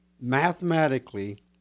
mathematically